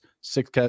six